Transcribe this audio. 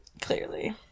Clearly